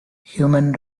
human